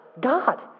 God